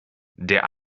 der